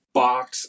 box